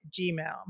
Gmail